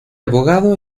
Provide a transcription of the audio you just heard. abogado